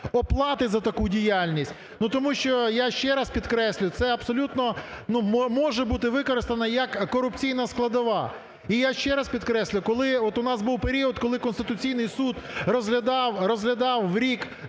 оплати за таку діяльність. Тому що, я ще раз підкреслюю, це абсолютно може бути використано як корупційна складова. І я ще раз підкреслюю, коли от у нас був період, коли Конституційний Суд розглядав в рік